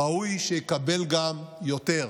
ראוי שיקבל גם יותר,